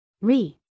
Re